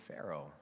pharaoh